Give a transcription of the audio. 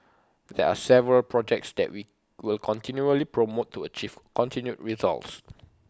there are several projects that we will continually promote to achieve continued results